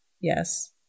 Yes